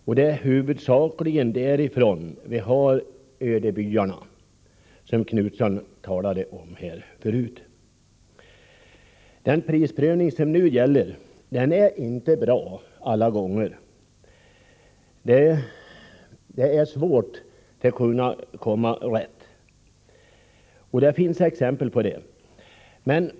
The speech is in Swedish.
Det är huvudsakligen av den anledningen vi har ödebyarna, som Göthe Knutson förut talade om. Den prisprövning som nu gäller är inte alltid bra. Det är svårt att komma rätt — och det finns exempel på detta.